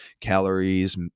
calories